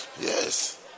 Yes